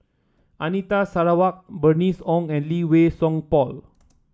Anita Sarawak Bernice Ong and Lee Wei Song Paul